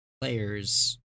players